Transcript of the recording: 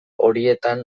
horietan